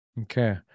Okay